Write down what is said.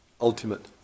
ultimate